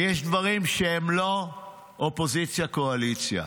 יש דברים שהם לא אופוזיציה קואליציה.